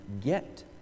get